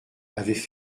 avaient